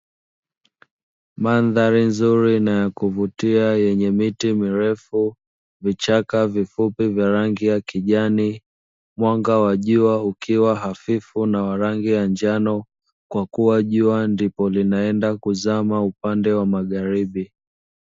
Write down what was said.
Mandhari nzuri na ya kuvutia yenye miti mirefu, vichaka vifupi vya rangi ya kijani, mwanga wa jua ukiwa hafifu na wa rangi ya njano kwa kuwa jua ndipo linaenda kuzama upande wa magharibi.